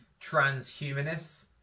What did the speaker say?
transhumanists